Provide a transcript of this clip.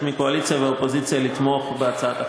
מהקואליציה ומהאופוזיציה לתמוך בהצעת החוק.